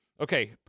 okay